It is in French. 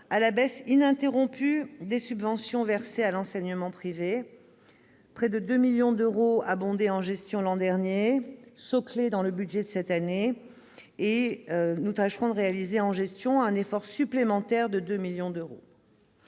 à la baisse ininterrompue des subventions versées à l'enseignement privé. Près de 2 millions d'euros ont été abondés en gestion l'année dernière et « soclés » dans le budget de cette année. Nous tâcherons de réaliser en gestion un nouvel effort de 2 millions d'euros.